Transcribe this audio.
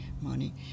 money